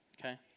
Okay